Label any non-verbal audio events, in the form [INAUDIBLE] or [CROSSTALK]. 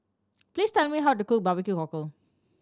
please tell me how to cook barbecue [UNINTELLIGIBLE]